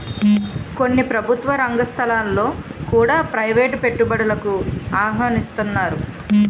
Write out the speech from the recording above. కొన్ని ప్రభుత్వ రంగ సంస్థలలో కూడా ప్రైవేటు పెట్టుబడులను ఆహ్వానిస్తన్నారు